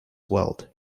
world